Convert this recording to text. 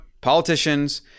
politicians